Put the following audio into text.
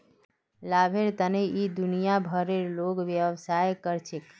लाभेर तने इ दुनिया भरेर लोग व्यवसाय कर छेक